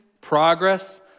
progress